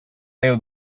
déu